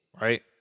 right